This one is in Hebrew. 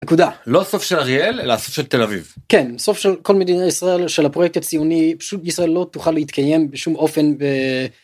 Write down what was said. נקודה. לא הסוף של אריאל אלא הסוף של תל אביב. כן, הסוף של כל מדינה ישראל של הפרויקט הציוני פשוט ישראל לא תוכל להתקיים בשום אופן.